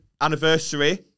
anniversary